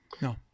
No